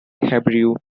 hebrew